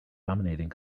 dominating